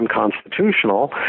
unconstitutional